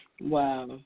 Wow